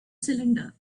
cylinder